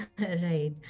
right